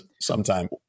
sometime